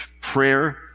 prayer